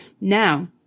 Now